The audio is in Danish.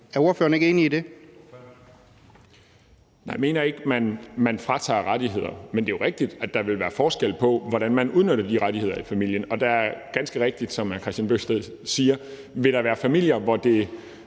Ordføreren. Kl. 15:44 Jens Joel (S): Jeg mener ikke, at man fratager dem rettigheder, men det er jo rigtigt, at der vil være forskel på, hvordan man udnytter de rettigheder i familien. Og som hr. Kristian Bøgsted ganske rigtigt siger, vil der være familier, hvor man